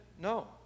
No